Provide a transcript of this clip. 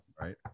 Right